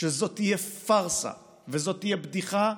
שזו תהיה פארסה וזו תהיה בדיחה,